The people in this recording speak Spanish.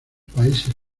países